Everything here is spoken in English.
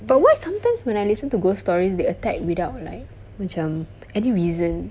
but why sometimes when I listen to ghost stories they attack without like macam any reason